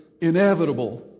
inevitable